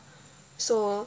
so